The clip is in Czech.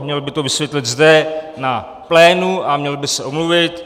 Měl by to vysvětlit zde na plénu a měl by se omluvit.